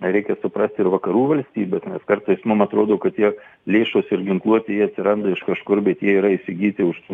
reikia suprast ir vakarų valstybes kartais man atrodo kad tiek lėšos ir ginkluotė jie atsiranda iš kažkur bet jie yra įsigyti už